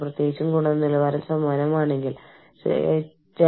നിങ്ങൾക്ക് ഒരു വിദേശ രാജ്യത്ത് ദീർഘകാലം സേവനമനുഷ്ഠിച്ച ഒരു ജീവനക്കാരനുണ്ട്